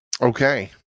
okay